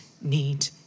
need